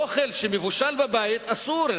אוכל שמבושל בבית, אסור.